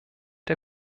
der